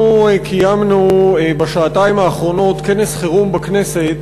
אנחנו קיימנו בשעתיים האחרונות כנס חירום בכנסת